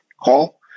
call